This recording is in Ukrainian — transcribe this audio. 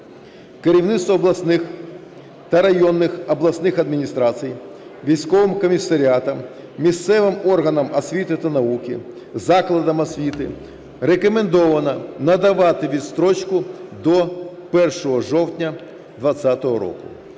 Керівництву обласних та районних обласних адміністрацій, військовим комісаріатам, місцевим органам освіти та науки, закладам освіти рекомендовано надавати відстрочку до 1 жовтня 2020 року.